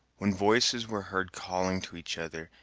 when voices were heard calling to each other,